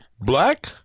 Black